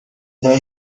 دایه